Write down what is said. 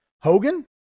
Hogan